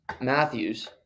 Matthews